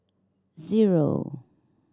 zero